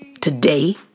today